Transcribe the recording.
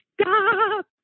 stop